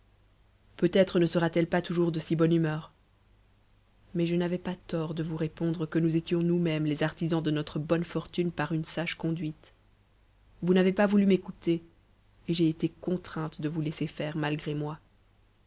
peut-être ne serà t eue pas toujours de si bonne humeur mais je n'avais pas tort de vous répondre que nous étions nous-mêmes les artisans de notre bonne fortune par une sage con duite vous n'avez pas voulu m'écouter et j'ai été contrainte de vous laisser faire malgré moi